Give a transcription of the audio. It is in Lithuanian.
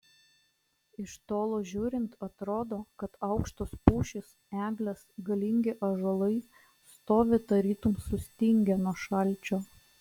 iš tolo žiūrint atrodo kad aukštos pušys eglės galingi ąžuolai stovi tarytum sustingę nuo šalčio